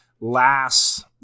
last